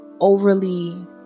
overly